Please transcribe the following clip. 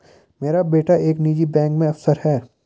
मेरा बेटा एक निजी बैंक में अफसर है